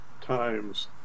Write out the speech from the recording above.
times